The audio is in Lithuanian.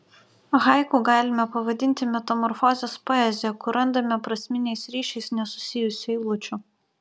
haiku galime pavadinti metamorfozės poeziją kur randame prasminiais ryšiais nesusijusių eilučių